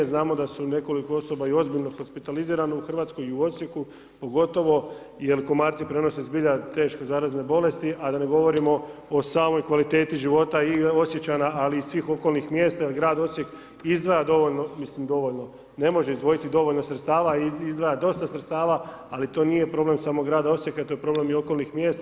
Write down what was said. Znamo da su nekoliko osoba i ozbiljno hospitalizirano u RH i u Osijeku, pogotovo jel komarci prenose, zbilja, teško zarazne bolesti, a da ne govorimo o samoj kvaliteti života i Osječana, ali i svih okolnih mjesta jel grad Osijek izdvaja dovoljno, mislim dovoljno, ne može izdvojiti dovoljno sredstava, izdvaja dosta sredstava, ali to nije problem samo grada Osijeka, to je problem i okolnih mjesta.